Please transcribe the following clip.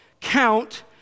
count